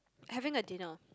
having a dinner